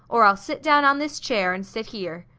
or i'll sit down on this chair, and sit here.